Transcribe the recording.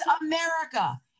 America